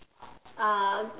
uh